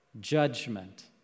judgment